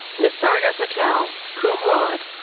nisarga patel, cum laude.